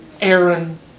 Aaron